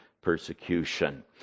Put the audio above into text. persecution